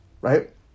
right